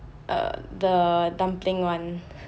err the dumpling one